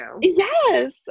Yes